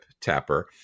tapper